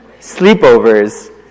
sleepovers